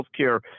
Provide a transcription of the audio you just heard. Healthcare